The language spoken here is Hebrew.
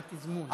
והתזמון.